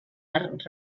arc